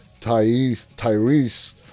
Tyrese